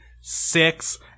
six